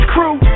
Crew